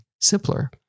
simpler